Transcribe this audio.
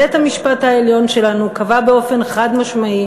בית-המשפט העליון שלנו קבע באופן חד-משמעי